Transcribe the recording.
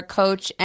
coach